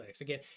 Again